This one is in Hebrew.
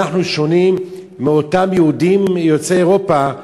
אנחנו שונים מאותם יהודים יוצאי אירופה,